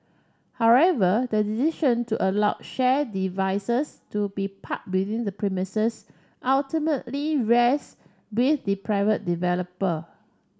however the decision to allow shared devices to be parked within the premises ultimately rests with the private developer